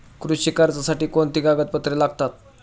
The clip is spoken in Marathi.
कृषी कर्जासाठी कोणती कागदपत्रे लागतात?